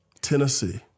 Tennessee